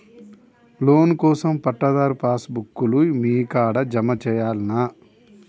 Loan కోసం పట్టాదారు pass book లు మీ కాడా జమ చేయల్నా?